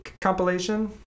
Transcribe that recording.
compilation